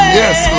yes